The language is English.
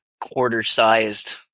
quarter-sized